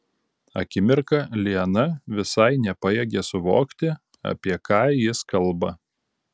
akimirką liana visai nepajėgė suvokti apie ką jis kalba